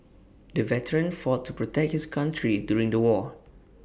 the veteran fought to protect his country during the war